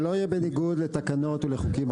שלא יהיה בניגוד לתקנות ולחוקים.